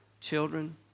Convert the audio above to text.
children